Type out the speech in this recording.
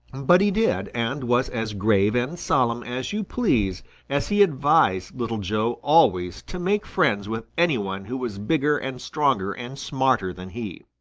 but he did and was as grave and solemn as you please as he advised little joe always to make friends with any one who was bigger and stronger and smarter than he.